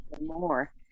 more